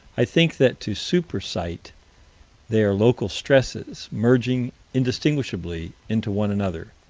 i think that to super-sight they are local stresses merging indistinguishably into one another,